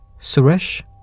Suresh